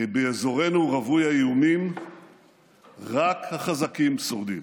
כי באזורנו רווי האיומים רק החזקים שורדים,